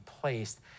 placed